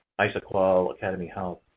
isoqual, ah academy health,